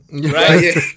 Right